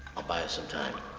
i'll buy us some time.